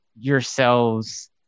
yourselves